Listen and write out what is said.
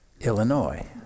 Illinois